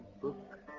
book